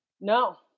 No